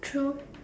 true